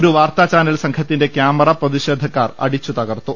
ഒരു വാർത്താചാനൽ സംഘത്തിന്റെ ക്യാമറ പ്രതിഷേധക്കാർ അടിച്ചു തകർത്തു